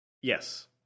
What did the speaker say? Yes